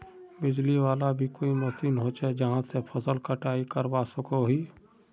बिजली वाला भी कोई मशीन होचे जहा से फसल कटाई करवा सकोहो होबे?